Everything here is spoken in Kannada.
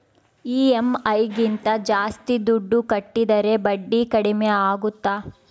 ಇ.ಎಮ್.ಐ ಗಿಂತ ಜಾಸ್ತಿ ದುಡ್ಡು ಕಟ್ಟಿದರೆ ಬಡ್ಡಿ ಕಡಿಮೆ ಆಗುತ್ತಾ?